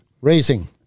racing